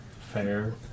Fair